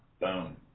Boom